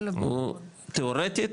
הוא תיאורטית,